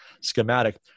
schematic